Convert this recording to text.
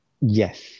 Yes